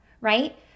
right